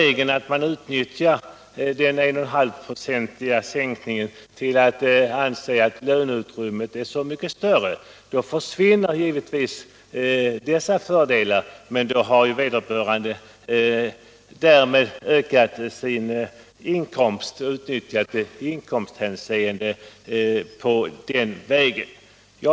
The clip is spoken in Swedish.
Om man däremot anser att en 1,5-procentig sänkning av arbetsgivaravgiften skall användas till att öka löneutrymmet för löntagarna, försvinner givetvis de fördelar jag nämnde, men då åstadkommer man på så sätt i stället en inkomsthöjning för löntagarna.